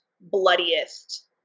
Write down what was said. bloodiest